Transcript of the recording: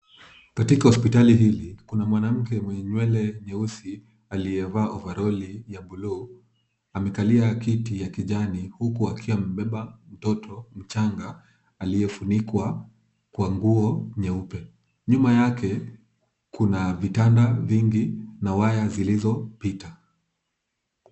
Katika hospitali hili kuna mwanamke mwenye nywele nyeusi aliyevaa ovaroli ya bluu, amekalia kiti ya kijani, huku akiwa amebeba mtoto mchanga aliyefunikwa kwa nguo nyeupe, nyuma yake kuna vitanda vingi na waya zilizopita.